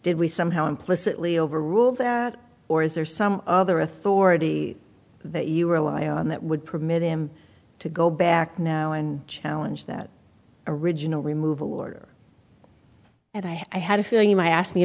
did we somehow implicitly overrule that or is there some other authority that you rely on that would permit him to go back now and challenge that original removal order and i had a feeling you might ask me